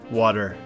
water